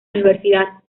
universidad